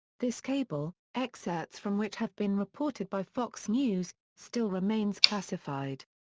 this cable, excerpts from which have been reported by fox news, still remains classified.